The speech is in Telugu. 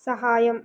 సహాయం